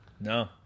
No